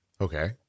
Okay